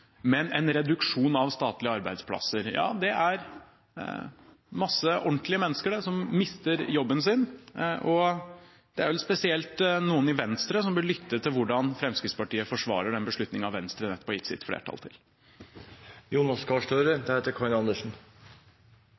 men en reduksjon av statlige arbeidsplasser. Ja, det er masse ordentlige mennesker som mister jobben sin, og det er spesielt noen i Venstre som bør lytte til hvordan Fremskrittspartiet forsvarer den beslutningen Venstre nettopp har gitt sitt flertall til.